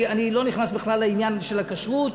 אני לא נכנס בכלל לעניין של הכשרות,